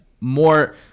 more